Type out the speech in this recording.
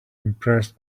impressed